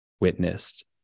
witnessed